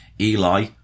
Eli